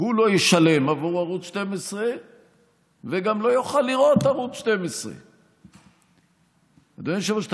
הוא לא ישלם בעבור ערוץ 12 וגם לא יוכל לראות ערוץ 12. אדוני היושב-ראש,